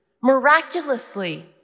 Miraculously